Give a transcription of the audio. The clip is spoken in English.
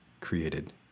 created